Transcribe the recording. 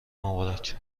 مبارک